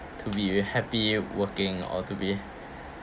to be a happy working or to be